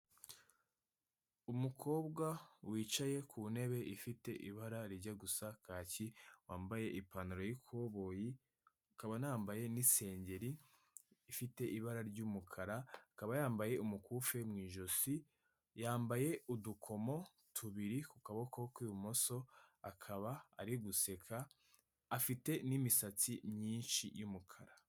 Umukobwa wicaye ku ntebe ifite ibara rijya gusa kaki, wambaye ipantaro y'ikoboyi, akaba yambaye n'isengeri ifite ibara ry'umukara, akaba yambaye umukufe mu ijosi, yambaye udukomo tubiri ku kaboko k'ibumoso akaba ari guseka, afite n'imisatsi myinshi y'umukara.